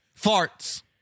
Farts